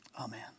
Amen